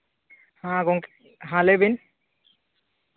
ᱦᱮᱸ ᱜᱚᱢᱠᱮ ᱦᱮᱸ ᱞᱟᱹᱭ ᱵᱤᱱ